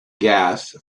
gas